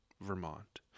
Vermont